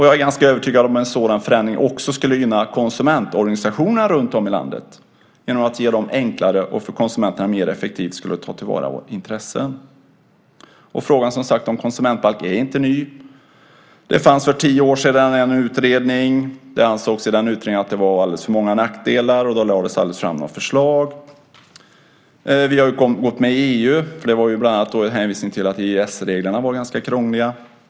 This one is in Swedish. Jag är ganska övertygad om att en sådan förändring också skulle gynna konsumentorganisationerna runtom i landet genom att göra det enklare och mer effektivt att tillvarata konsumenternas intressen. Frågan om konsumentbalk är inte ny. Det fanns för tio år sedan en utredning. Det ansågs i den i utredningen att det var alldeles för många nackdelar. Det lades aldrig fram något förslag. Vi har nu gått med i EU. Det fanns bland annat en hänvisning till EES-reglerna var ganska krångliga.